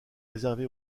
réservé